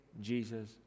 Jesus